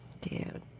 Dude